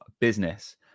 business